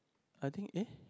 I think eh